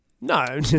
No